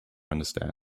understand